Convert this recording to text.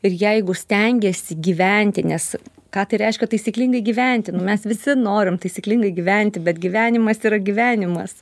ir jeigu stengiasi gyventi nes ką tai reiškia taisyklingai gyventi nu mes visi norim taisyklingai gyventi bet gyvenimas yra gyvenimas